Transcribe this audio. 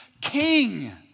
king